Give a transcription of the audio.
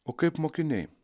o kaip mokiniai